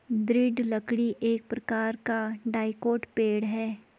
दृढ़ लकड़ी एक प्रकार का डाइकोट पेड़ है